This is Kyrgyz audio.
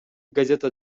газета